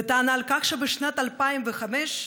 בטענה שבשנת 2005,